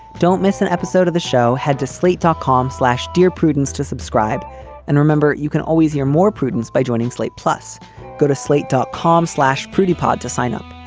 don't miss an episode of the show. head to slate dot com slash dear prudence to subscribe and remember, you can always hear more prudence by joining slate plus go to slate, dot com slash pretty pod to sign up.